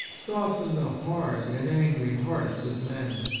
soften the hard and angry hearts of men.